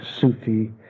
Sufi